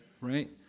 right